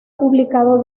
publicado